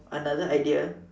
another idea